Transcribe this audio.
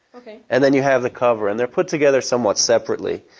and then you have the cover and they're put together somewhat separately.